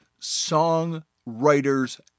songwriters